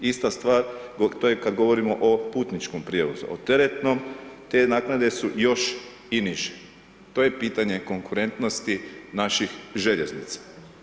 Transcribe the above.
Ista stvar, to je kad govorimo o putničkom prijevozu, o teretnom, te naknade su još i niže. to je pitanje konkurentnosti naših željeznica.